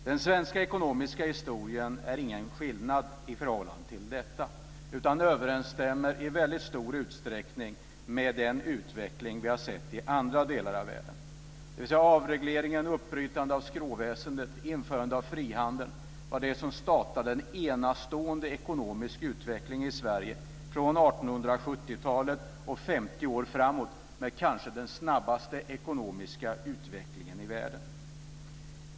Den svenska ekonomiska historien skiljer sig inte i förhållande till detta, utan den överensstämmer i väldigt stor utsträckning med den utveckling som vi har sett i andra delar av världen. Avregleringen, avskaffandet av skråväsendet och införandet av frihandeln var det som startade en enastående ekonomisk utveckling i Sverige från 1870-talet och 50 år framåt - kanske den snabbaste ekonomiska utvecklingen i världen.